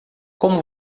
como